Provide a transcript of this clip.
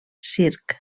circ